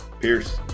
Pierce